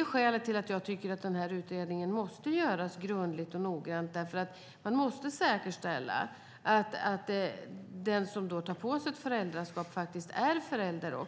är skälet till att jag tycker att den här utredningen måste göras grundligt och noggrant. Man måste säkerställa att den som tar på sig ett föräldraskap faktiskt också är förälder.